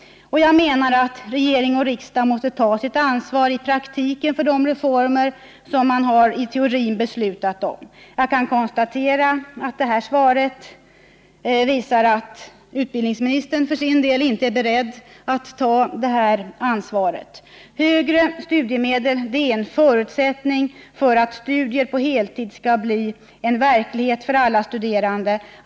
Jag menar att regering och riksdag måste ta sitt ansvar i praktiken för de reformer man i teorin beslutat om. Jag kan konstatera att svaret visar att utbildningsministern för sin del inte är beredd att ta det här ansvaret. Högre studiemedel är en förutsättning för att studier på heltid skall bli verklighet för alla studerande.